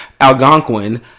Algonquin